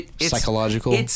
psychological